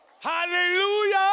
Hallelujah